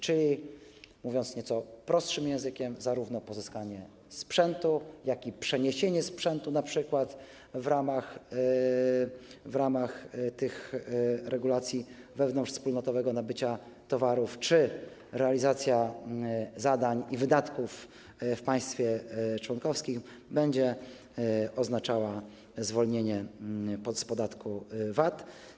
Czyli mówiąc nieco prostszym językiem, zarówno pozyskanie sprzętu, jak i przeniesienie sprzętu np. w ramach regulacji wewnątrzwspólnotowego nabycia towarów czy realizacja zadań i wydatków w państwie członkowskim będą oznaczały zwolnienie z podatku VAT.